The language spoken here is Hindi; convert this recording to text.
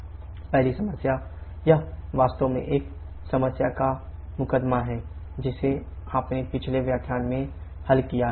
पहली समस्या यह वास्तव में एक समस्या का मुक़दमा है जिसे आपने पिछले व्याख्यान में हल किया है